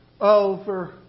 Over